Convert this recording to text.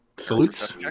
Salutes